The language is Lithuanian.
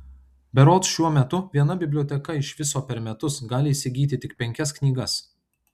berods šiuo metu viena biblioteka iš viso per metus gali įsigyti tik penkias knygas